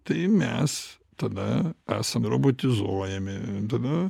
tai mes tada esam robotizuojami tada